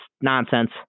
nonsense